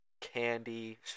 candy